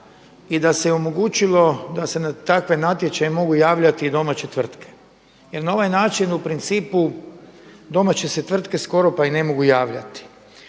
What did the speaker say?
i da se omogućilo da se na takve natječaje mogu javljati i domaće tvrtke. Jer na ovaj način u principu domaće se tvrtke skoro pa i ne mogu javljati.